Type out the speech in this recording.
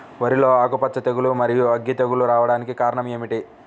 వరిలో ఆకుమచ్చ తెగులు, మరియు అగ్గి తెగులు రావడానికి కారణం ఏమిటి?